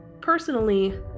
Personally